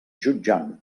jutjant